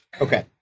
Okay